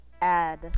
add